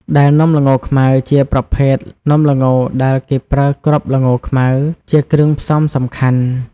ដែលនំល្ងខ្មៅជាប្រភេទនំល្ងដែលគេប្រើ គ្រាប់ល្ងខ្មៅ ជាគ្រឿងផ្សំសំខាន់។